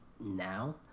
now